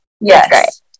Yes